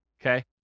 okay